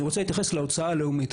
אני רוצה להתייחס להוצאה הלאומית,